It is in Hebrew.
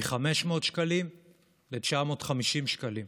מ-500 שקלים ל-950 שקלים.